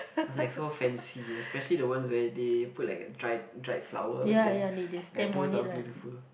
was like so fancy especially the ones where they put like dried dried flower then ya those are beautiful